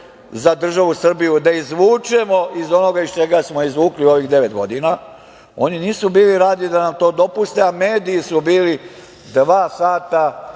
za državu Srbiju, da izvučemo iz onoga iz čega smo je izvukli ovih devet godina, oni nisu bili radi da nam to dopuste, a mediji su bili dva sata